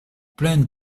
pleine